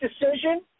decision